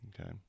Okay